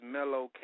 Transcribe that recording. Mellow